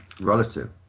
relative